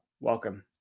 welcome